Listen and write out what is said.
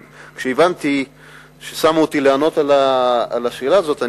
כשראיתי שאני צריך לענות על השאלה הזאת,